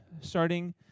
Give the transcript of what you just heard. starting